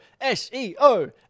S-E-O